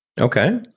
Okay